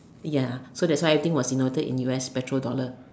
ya so that's why everything was in noted in U_S petrol dollar